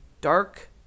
dark